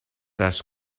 las